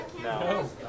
No